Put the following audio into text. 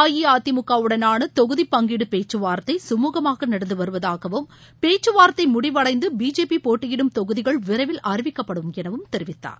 அஇஅதிமுகவுடனான தொகுதி பங்கீடு பேச்சுவார்த்தை சுமூகமாக நடந்து வருவதாகவும் பேச்சுவார்தை முடிவடைந்து பிஜேபி போட்டியிடும் தொகுதிகள் விரைவில் அறிவிக்கப்படும் என தெரிவித்தார்